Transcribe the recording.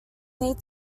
need